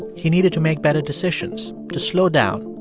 he needed to make better decisions, to slow down,